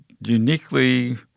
uniquely